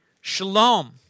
Shalom